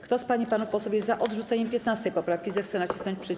Kto z pań i panów posłów jest za odrzuceniem 15. poprawki, zechce nacisnąć przycisk.